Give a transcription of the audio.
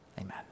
Amen